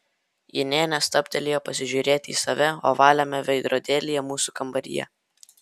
ji nė nestabtelėjo pasižiūrėti į save ovaliame veidrodėlyje mūsų kambaryje